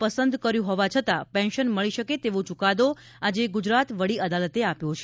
પસંદ કર્યુ હોવા છતાં પેન્શન મળી શકે તેવો ચુકાદો આજે ગુજરાત વડી અદાલતે આપ્યો છે